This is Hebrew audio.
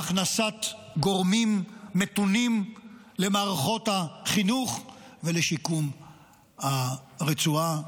להכנסת גורמים מתונים למערכות החינוך ולשיקום הרצועה,